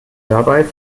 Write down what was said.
dabei